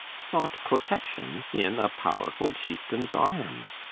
sought protection in a powerful chieftain's arms.